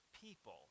people